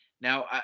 Now